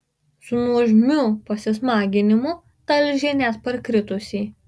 su nuožmiu pasismaginimu talžė net parkritusį